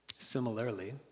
Similarly